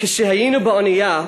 כשהיינו באונייה,